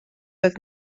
oedd